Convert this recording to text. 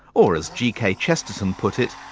or, as g. k. chesterton put it,